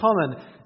common